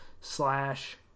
Slash